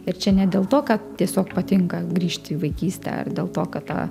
ir čia ne dėl to kad tiesiog patinka grįžti į vaikystę ar dėl to kad ta